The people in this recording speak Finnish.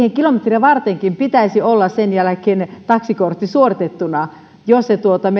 kilometriä vartenkin pitäisi olla taksikortti suoritettuna jos he meinaavat